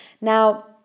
Now